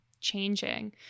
changing